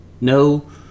No